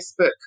Facebook